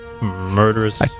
murderous